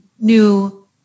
new